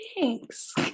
Thanks